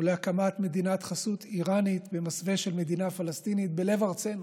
ולהקמת מדינת חסות איראנית במסווה של מדינה פלסטינית בלב ארצנו,